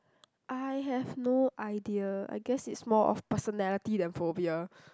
I have no idea I guess it's more of personality than phobia